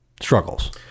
struggles